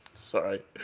sorry